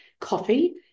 coffee